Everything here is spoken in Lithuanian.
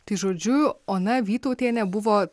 tai žodžiu ona vytautienė buvo